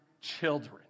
children